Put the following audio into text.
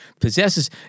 possesses